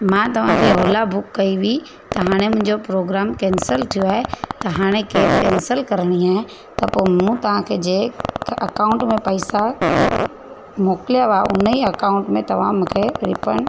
मां तव्हांखे ओला बुक कई हुई त हाणे मुंहिंजो प्रोग्राम कैंसिल थियो आहे त हाणे कैब कैंसिल करिणी आहे त पोइ मूं तव्हांखे जंहिं अकाउंट में पैसा मोकिलिया हुआ हुन ई अकाउंट में तव्हां मूंखे रीफंड